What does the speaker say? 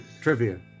Trivia